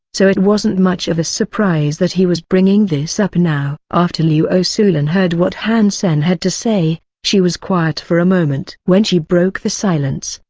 so it wasn't much of a surprise that he was bringing this up now. after luo sulan heard what han sen had to say, she was quiet for a moment. when she broke the silence,